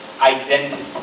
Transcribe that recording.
identity